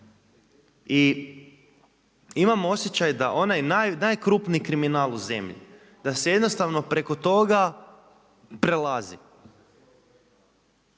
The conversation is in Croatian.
I imam osjećaj da onaj najkrupniji kriminal u zemlji da se jednostavno preko toga prelazi.